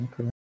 okay